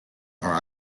are